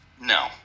No